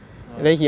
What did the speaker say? ah